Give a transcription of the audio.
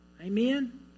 Amen